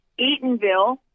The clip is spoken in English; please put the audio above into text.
Eatonville